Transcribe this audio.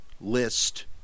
list